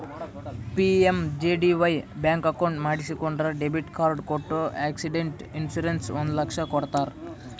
PMJDY bank account ಮಾಡಿಸಿಕೊಂಡ್ರ debit card ಕೊಟ್ಟು accident insurance ಒಂದ್ ಲಕ್ಷ ಕೊಡ್ತಾರ್